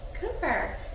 Cooper